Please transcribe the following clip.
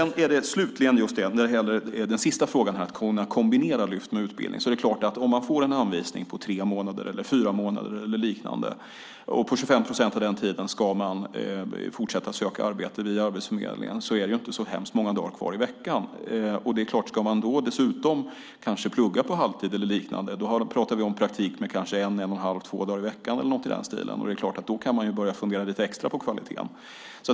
När det gäller den sista frågan, om att kombinera Lyft med utbildning, ska jag säga att om man får en anvisning på tre eller fyra månader och ska ägna 25 procent av den tiden åt att fortsätta söka arbete via Arbetsförmedlingen blir det inte många dagar i veckan kvar. Om man då dessutom kanske ska plugga på halvtid eller liknande blir det kanske en eller en och en halv dag i veckan som man kan ägna åt praktiken. Då kan man börja fundera lite extra på kvaliteten.